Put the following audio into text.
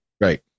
Right